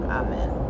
amen